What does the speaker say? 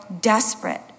desperate